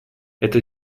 это